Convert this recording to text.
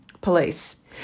Police